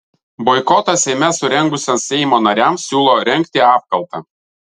boikotą seime surengusiems seimo nariams siūlo rengti apkaltą